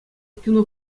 кино